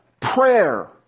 Prayer